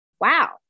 Wow